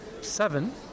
seven